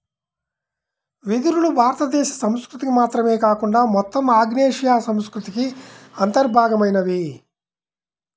వెదురులు భారతదేశ సంస్కృతికి మాత్రమే కాకుండా మొత్తం ఆగ్నేయాసియా సంస్కృతికి అంతర్భాగమైనవి